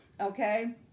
Okay